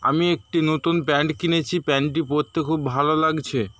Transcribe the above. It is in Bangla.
আমি একটি নতুন প্যান্ট কিনেছি প্যান্টটি পড়তে খুব ভালো লাগছে